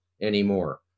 anymore